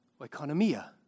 oikonomia